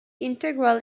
integral